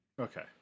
Okay